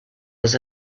was